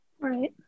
right